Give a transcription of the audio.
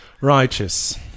Righteous